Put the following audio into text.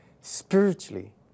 spiritually